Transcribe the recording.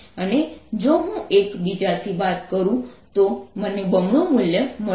અને જો હું એક બીજાથી બાદ કરું તો મને બમણું મૂલ્ય મળે છે